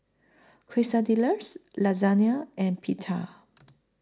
Quesadillas Lasagna and Pita